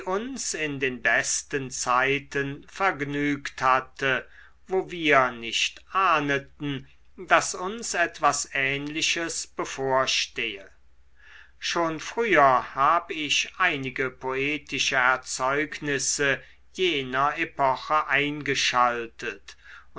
uns in den besten zeiten vergnügt hatte wo wir nicht ahneten daß uns etwas ähnliches bevorstehe schon früher hab ich einige poetische erzeugnisse jener epoche eingeschaltet und